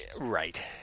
Right